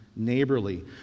neighborly